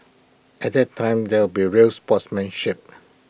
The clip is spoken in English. at that time there be real sportsmanship